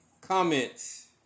comments